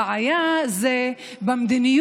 הבעיה היא במדיניות,